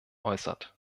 äußert